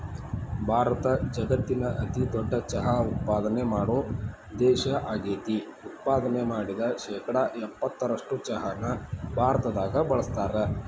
ಭಾರತ ಜಗತ್ತಿನ ಅತಿದೊಡ್ಡ ಚಹಾ ಉತ್ಪಾದನೆ ಮಾಡೋ ದೇಶ ಆಗೇತಿ, ಉತ್ಪಾದನೆ ಮಾಡಿದ ಶೇಕಡಾ ಎಪ್ಪತ್ತರಷ್ಟು ಚಹಾವನ್ನ ಭಾರತದಾಗ ಬಳಸ್ತಾರ